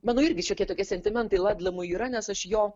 mano irgi šiokie tokie sentimentai ladlamui yra nes aš jo